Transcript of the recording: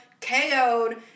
KO'd